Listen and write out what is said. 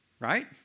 Right